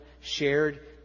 shared